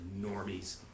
normies